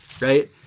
right